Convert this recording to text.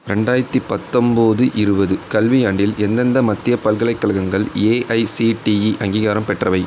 ரெண்டாயிரத்து பத்தம்போது இருபது கல்வியாண்டில் எந்தெந்த மத்தியப் பல்கலைக்கழகங்கள் ஏஐசிடிஇ அங்கீகாரம் பெற்றவை